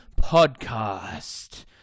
Podcast